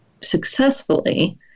successfully